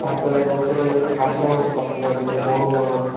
মনে হচ্ছে কাতলা মাছ পড়েছে বড় মাছ